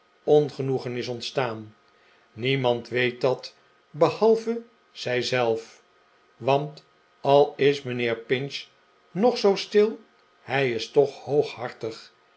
ongenoegen is ontstaan niemand weet dat behalve zij zelf want al is mijnheer pinch nog zoo stil hij is toch hooghartig